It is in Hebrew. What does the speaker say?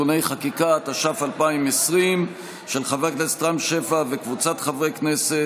הצעתו של חבר הכנסת רם שפע וקבוצת חברי הכנסת,